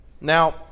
Now